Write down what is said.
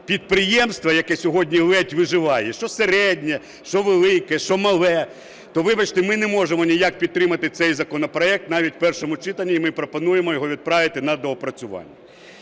підприємство, яке сьогодні ледь виживає, що середнє, що велике, що мале, то, вибачте, ми не можемо ніяк підтримати цей законопроект навіть у першому читанні і ми пропонуємо його відправити на доопрацювання.